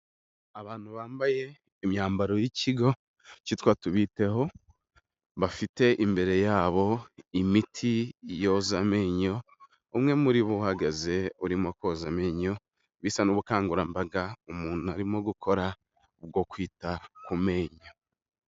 Abantu bambaye imyambaro y'ikigo cyitwa tubiteho, bafite imbere yabo imiti yoza amenyo, umwe muri bo uhagaze urimo koza amenyo bisa n'ubukangurambaga umuntu arimo gukora bwo kwita ku menyo.